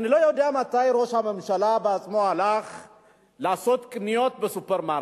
אני לא יודע מתי ראש הממשלה הלך בעצמו לעשות קניות בסופרמרקט.